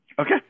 Okay